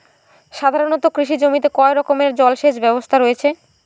সাধারণত কৃষি জমিতে কয় রকমের জল সেচ ব্যবস্থা রয়েছে?